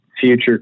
Future